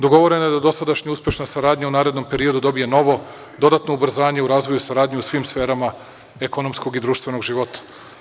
Dogovoreno je da dosadašnja uspešna saradnja u narednom periodu dobije novo, dodatno ubrzanje saradnje u svim sferama ekonomskog i društvenog života.